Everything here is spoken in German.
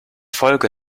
folge